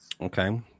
Okay